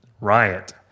riot